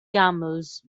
camels